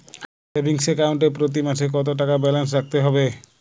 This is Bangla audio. সেভিংস অ্যাকাউন্ট এ প্রতি মাসে কতো টাকা ব্যালান্স রাখতে হবে?